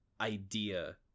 idea